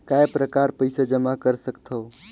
काय प्रकार पईसा जमा कर सकथव?